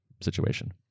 situation